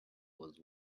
was